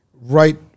Right